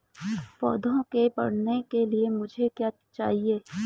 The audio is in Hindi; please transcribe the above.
पौधे के बढ़ने के लिए मुझे क्या चाहिए?